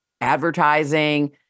advertising